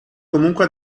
comunque